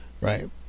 Right